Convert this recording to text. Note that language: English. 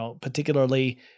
particularly